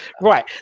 Right